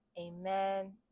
amen